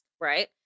right